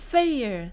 Fair